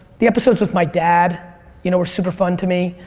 the episodes with my dad you know were super fun to me.